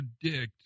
predict